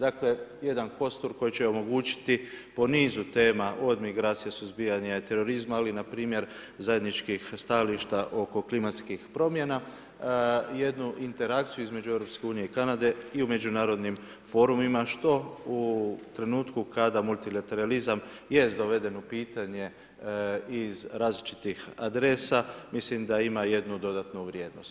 Dakle jedan kostur koji će omogućiti po nizu tema od migracije, suzbijanja terorizma ali npr. zajedničkih stajališta oko klimatskih promjena jednu interakciju između EU i Kanade i u međunarodnim forumima što u trenutku kada multilateralizam jest doveden u pitanje iz različitih adresa, mislim da ima jednu dodatnu vrijednost.